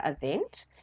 event